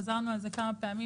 חזרנו על זה כמה פעמים,